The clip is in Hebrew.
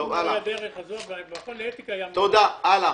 תודה, הלאה.